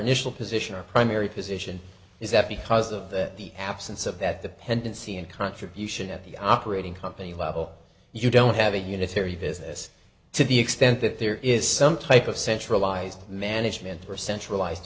initial position our primary position is that because of the absence of that the pendency and contribution at the operating company level you don't have a unitary business to the extent that there is some type of centralized management or centralized